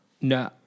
No